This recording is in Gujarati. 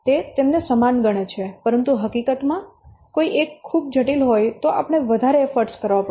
તે તેમને સમાન ગણે છે પરંતુ હકીકતમાં કોઈ એક ખૂબ જટિલ હોય તો આપણે વધારે એફર્ટ કરવા પડશે